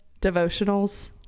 devotionals